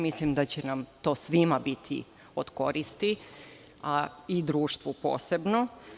Mislim da će nam to svima biti od koristi, a i društvu posebno.